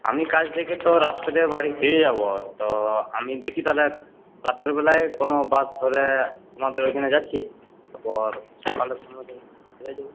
আমি কাজ থেকে তো রাত্রে বাড়ি ফিরে যাব তো আমি দেখি তাহলে রাতের বেলায় কোনো বাস ধরে তোমাদের ওইখানে যাচ্ছি তারপর সকালের সময় তখন বেরিয়ে যাব